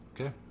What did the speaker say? Okay